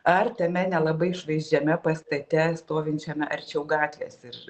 ar tame nelabai išvaizdžiame pastate stovinčiame arčiau gatvės ir